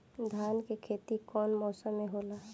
धान के खेती कवन मौसम में होला?